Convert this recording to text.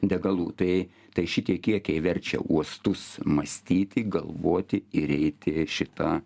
degalų tai tai šitie kiekiai verčia uostus mąstyti galvoti ir eiti šita